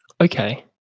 Okay